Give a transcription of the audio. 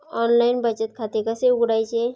Online बचत खाते कसे उघडायचे?